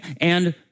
and-